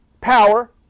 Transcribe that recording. power